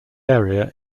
area